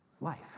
life